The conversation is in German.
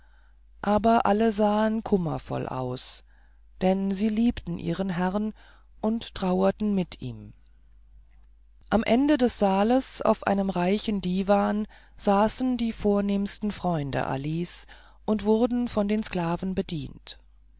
aber alle sahen kummervoll aus denn sie liebten ihren herrn und trauerten mit ihm am ende des saales auf einem reichen diwan saßen die vornehmsten freunde alis und wurden von den sklaven bedient